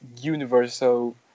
universal